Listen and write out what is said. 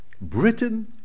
Britain